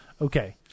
okay